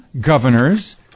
governors